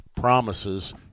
promises